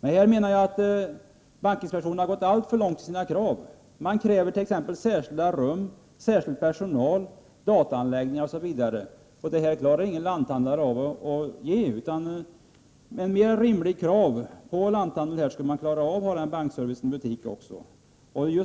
Jag menar att bankinspektionen har gått alltför långt i sina krav. Den kräver t.ex. särskilda rum, särskild personal, dataanläggningar osv., och det klarar inga lanthandlare av. Med mera rimliga krav på lanthandeln skulle den kunna åstadkomma en bankservice i butik. De krav